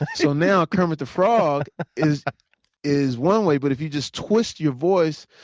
so now kermit the frog is is one way but if you just twist your voice,